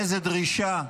איזו דרישה,